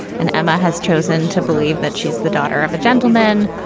and emma has chosen to believe that she's the daughter of a gentleman.